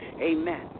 Amen